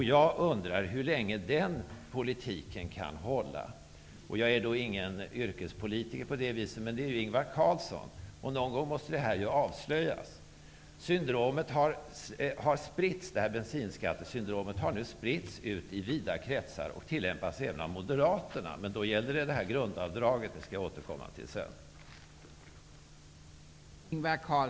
Jag undrar hur länge den politiken kan hålla. Jag är ingen yrkespolitiker, men det är Ingvar Carlsson. Någon gång måste detta avslöjas. Bensinskattesyndromet har nu spritts ut i vida kretsar och tillämpas även av Moderaterna. Då gäller det grundavdraget, som jag skall återkomma till senare.